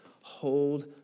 hold